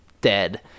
dead